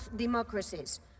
democracies